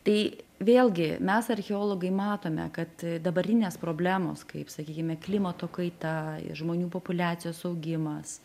tai vėlgi mes archeologai matome kad dabartinės problemos kaip sakykime klimato kaita žmonių populiacijos augimas